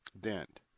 dent